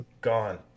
Gone